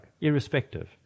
irrespective